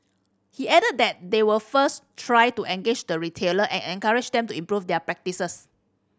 he added that they will first try to engage the retailer and encourage them to improve their practices